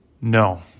No